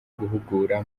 guhugura